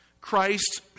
Christ